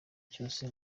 cyose